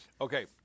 Okay